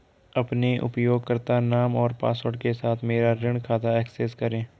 अपने उपयोगकर्ता नाम और पासवर्ड के साथ मेरा ऋण खाता एक्सेस करें